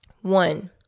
One